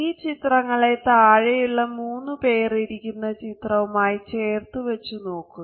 ഈ ചിത്രങ്ങളെ താഴെയുള്ള മൂന്ന് പേർ ഇരിക്കുന്ന ചിത്രവുമായി ചേർത്തുവച്ച് നോക്കുക